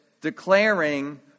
declaring